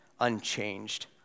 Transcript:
unchanged